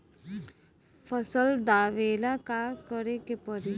फसल दावेला का करे के परी?